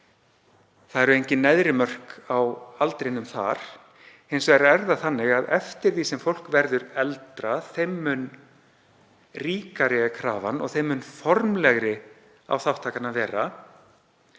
eru engin neðri mörk á aldrinum þar. Hins vegar er það þannig að eftir því sem fólk verður eldra þeim mun ríkari er krafan og þeim mun formlegri á þátttakan að vera.